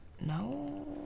no